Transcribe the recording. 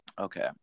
Okay